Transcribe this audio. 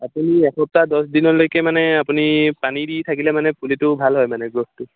আপুনি এসপ্তাহ দছ দিনলৈকে মানে আপুনি পানী দি থাকিলে মানে পুলিটো ভাল হয় মানে গ্ৰুথটো